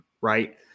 right